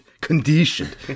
Conditioned